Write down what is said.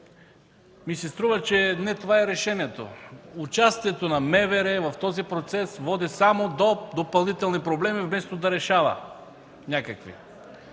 ми се обаче, че не това е решението. Участието на МВР в този процес води само до допълнителни проблеми, вместо да решава някакви.